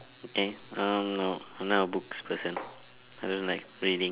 K um no I'm not a books person I don't like reading